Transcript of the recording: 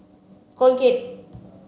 Colgate